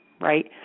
right